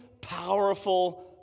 powerful